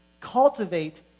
cultivate